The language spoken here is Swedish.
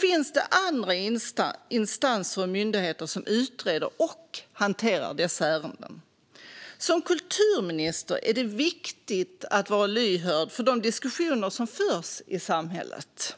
finns det andra instanser och myndigheter som utreder och hanterar dessa ärenden. Som kulturminister är det viktigt att vara lyhörd för de diskussioner som förs i samhället.